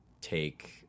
take